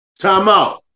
Timeout